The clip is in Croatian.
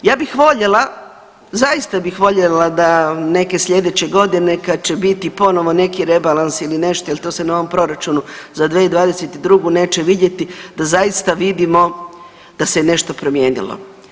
Ja bih voljela, zaista bih voljela da neke slijedeće godine kad će biti ponovo neki rebalans ili nešto jer to se na ovom proračunu za 2020. neće vidjeti da zaista vidimo da se nešto promijenilo.